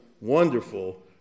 wonderful